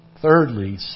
thirdly